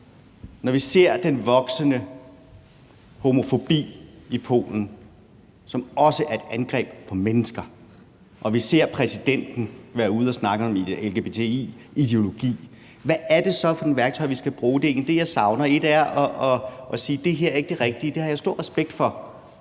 når vi ser den voksende homofobi i Polen, som også er et angreb på mennesker, og vi ser præsidenten være ude og snakke om lgbti-ideologi, hvad er det så for nogle værktøjer, vi skal bruge? Det er egentlig det, jeg savner svar på. Et er at sige, at det her ikke er det rigtige, og det har jeg stor respekt for,